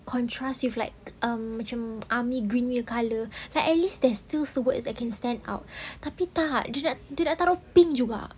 contrast with like um macam army green punya colour like at least there's still words that can stand out tapi tak nak dia nak dia nak taruh pink juga